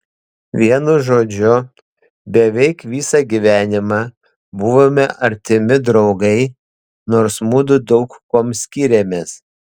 vienu žodžiu beveik visą gyvenimą buvome artimi draugai nors mudu daug kuom skyrėmės